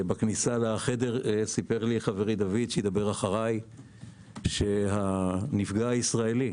בכניסה לחדר סיפר לי חברי דוד שהנפגע הישראלי,